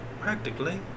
Practically